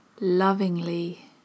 lovingly